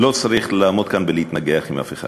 לא צריך לעמוד כאן ולהתנגח עם אף אחד.